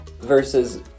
versus